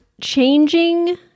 changing